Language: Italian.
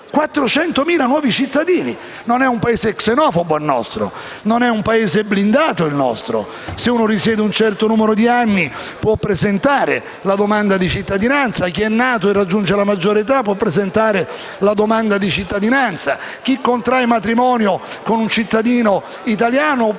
400.000 nuovi cittadini. Non è un Paese xenofobo il nostro, né un Paese blindato. Se uno straniero risiede in Italia un certo numero di anni può presentare la domanda di cittadinanza; chi è nato in Italia e raggiunge la maggiore età può presentare la domanda di cittadinanza; chi contrae matrimonio con un cittadino italiano può avere la cittadinanza.